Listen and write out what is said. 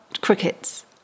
crickets